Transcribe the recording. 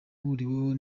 ahuriweho